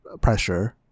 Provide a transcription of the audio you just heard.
pressure